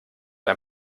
ein